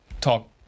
talk